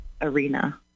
arena